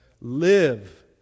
Live